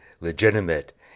legitimate